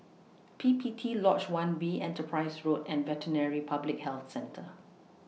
P P T Lodge one B Enterprise Road and Veterinary Public Health Centre